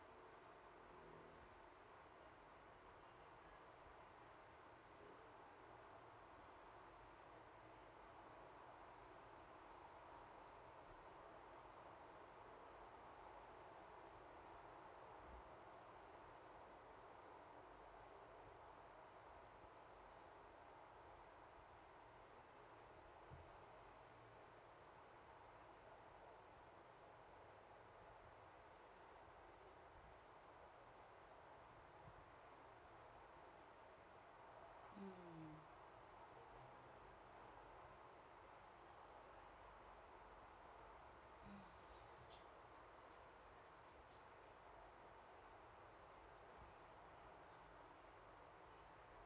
mm